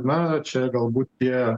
na čia galbūt tie